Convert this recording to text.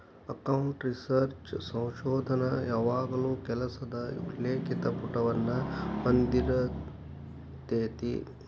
account research ಸಂಶೋಧನ ಯಾವಾಗಲೂ ಕೆಲಸದ ಉಲ್ಲೇಖಿತ ಪುಟವನ್ನ ಹೊಂದಿರತೆತಿ